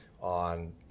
on